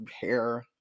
hair